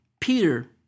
Peter